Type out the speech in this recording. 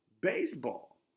baseball